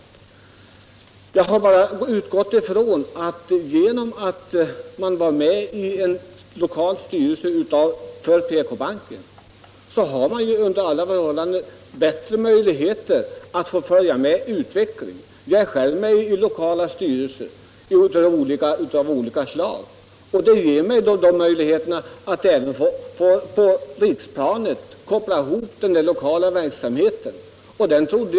Men jag har bara utgått ifrån att om man är med i en av PK-bankens lokalstyrelser man då har bättre möjligheter att följa med utvecklingen. Jag är själv med i lokala styrelser av olika slag, och det ger mig möjligheter att koppla den lokala verksamheten till verksamheten på riksplanet.